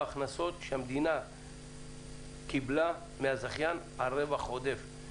ההכנסות שהמדינה קיבלה מהזכיין על רווח עודף.